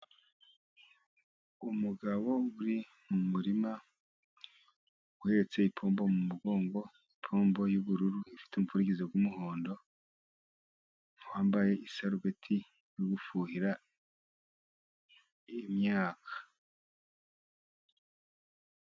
Umugabo uri mu murima, uhetse ipombo mu mugongo, ipombo y'ubururu ifite umupfundikizo w'umuhondo, wambaye isarubeti, uri gufuhira imyaka.